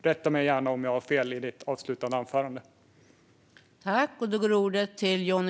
Rätta mig gärna om jag har fel i ditt avslutande anförande, Jonny Cato Hansson.